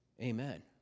amen